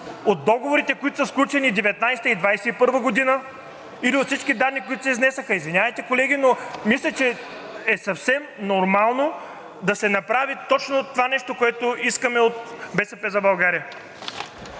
от договорите, които са сключени 2019 г. и 2021 г., или от всички данни, които се изнесоха? Извинявате, колеги, но мисля, че е съвсем нормално да се направи точно това нещо, което искаме от „БСП за България“.